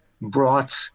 brought